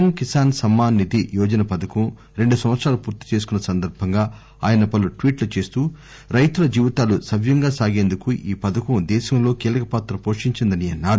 ఎమ్ కిసాస్ సమ్మాన్ నిధి యోజన పథకం రెండుసంవత్సరాలు పూర్తిచేసుకున్న సందర్బంగా ఆయన పలు ట్వీట్ లు చేస్తూ రైతుల జీవితాలు సవ్యంగా సాగేందుకు ఈ పథకం దేశంలో కీలక పాత్ర పోషించిందని అన్నారు